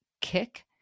kick